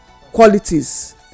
qualities